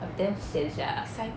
!wah! damn sian sia